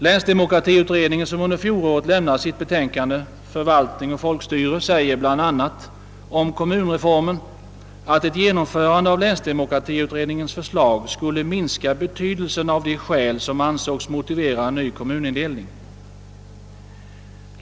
Länsdemokratiutredningen, som under fjolåret lämnade sitt betänkande »Förvaltning och Folkstyre», säger bl.a. om kommunreformen att ett genomförande av länsdemokratiutredningens förslag skulle minska betydelsen av de skäl som ansågs motivera en ny kommunindelning.